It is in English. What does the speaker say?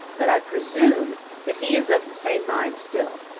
but i presume that he is of the same mind still.